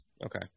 Okay